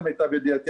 למיטב ידיעתי,